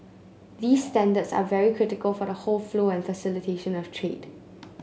these standards are very critical for the whole flow and facilitation of trade